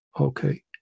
okay